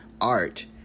art